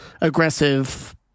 aggressive